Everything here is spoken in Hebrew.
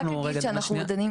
אז אני רק אגיד שאנחנו דנים.